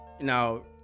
Now